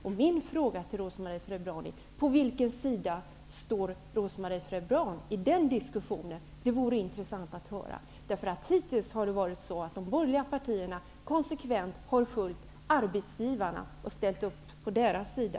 Det vore intressant att höra på vilken sida Rose Marie Frebran står, eftersom de borgerliga partierna hittills konsekvent har följt arbetsgivarna och ställt upp på deras sida.